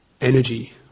energy